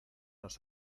nos